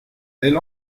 elle